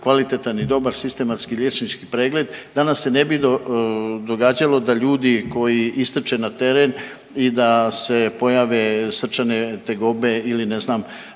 kvalitetan i dobar sistematski liječnički pregled da nam se ne bi događalo da ljudi koji istrče na teren i da se pojave srčane tegobe ili ne znam